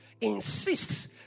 insists